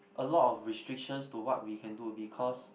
a lot of restrictions to what we can do because